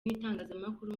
n’itangazamakuru